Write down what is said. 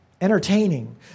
entertaining